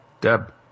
Deb